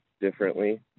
differently